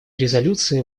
резолюции